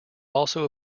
also